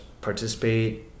participate